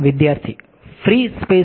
વિદ્યાર્થી free space